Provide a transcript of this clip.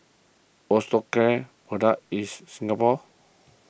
Osteocare product is Singapore